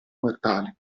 mortale